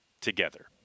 together